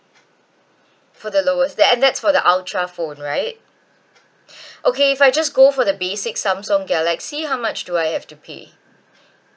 for the lowest that and that's for the ultra phone right okay if I just go for the basic samsung galaxy how much do I have to pay